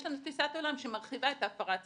יש לנו תפיסת עולם שמרחיבה את ההפרה הצפויה.